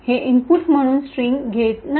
हे इनपुट म्हणून स्ट्रिंग घेत नाही